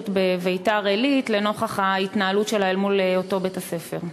בביתר-עילית לנוכח ההתנהלות שלה אל מול אותו בית-ספר?